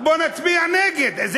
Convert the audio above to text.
בוא נצביע נגד.